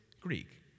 Greek